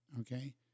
Okay